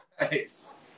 Nice